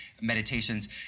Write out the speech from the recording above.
meditations